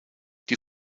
die